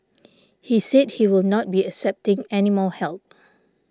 he said he will not be accepting any more help